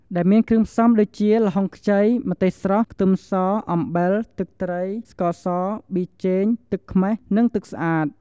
ដែលមានគ្រឿងផ្សំដូចជា ល្ហុងខ្ចី ម្ទេសស្រស់ ខ្ទឹមស អំបិល ទឹកត្រី ស្ករស ប៊ីចេង ទឹកខ្មេះ និងទឹកស្អាត។